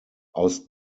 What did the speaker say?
aus